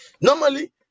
Normally